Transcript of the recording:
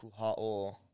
Kuha'o